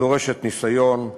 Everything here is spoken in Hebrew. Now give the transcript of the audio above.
דורשת ניסיון,